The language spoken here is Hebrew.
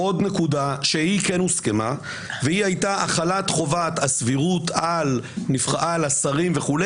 עוד נקודה שכן הוסכמה החלת חובת הסבירות על השרים וכו',